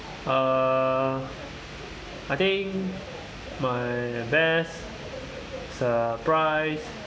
err I think my best surprise